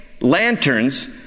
lanterns